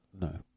No